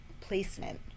placement